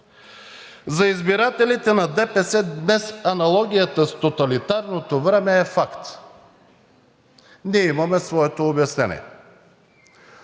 за избирателите на ДПС аналогията с тоталитарното време е факт и ние имаме своето обяснение